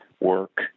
work